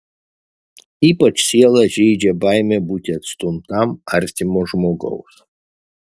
ypač sielą žeidžia baimė būti atstumtam artimo žmogaus